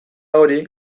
hori